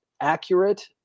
accurate